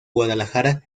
guadalajara